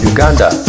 Uganda